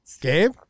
Gabe